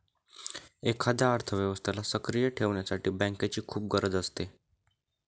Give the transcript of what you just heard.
एखाद्या अर्थव्यवस्थेला सक्रिय ठेवण्यासाठी बँकेची खूप गरज असते